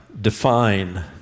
define